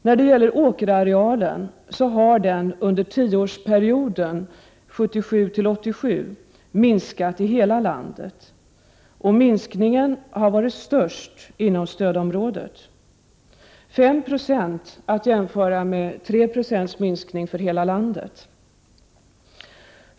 När det gäller åkerarealen har den under tioårsperioden 1977-1987 minskat i hela landet, och minskningen har varit störst inom stödområdet, med 5 26, att jämföra med 3 20 minskning för hela landet.